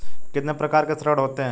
कितने प्रकार के ऋण होते हैं?